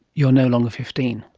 you're no longer fifteen?